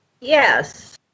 Yes